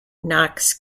knox